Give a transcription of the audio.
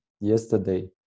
yesterday